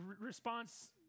response